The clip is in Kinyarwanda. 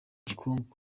gikongoro